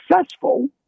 successful